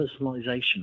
personalization